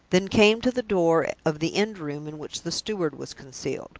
then came to the door of the end room in which the steward was concealed.